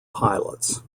pilots